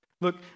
Look